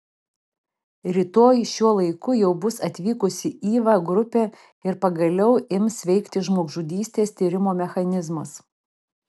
rytoj šiuo laiku jau bus atvykusi įva grupė ir pagaliau ims veikti žmogžudystės tyrimo mechanizmas